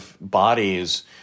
bodies